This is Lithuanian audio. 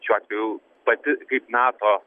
šiuo atveju pati kaip nato